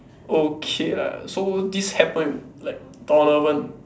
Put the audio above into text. okay lah so this happened like tournament